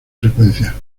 frecuencia